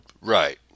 Right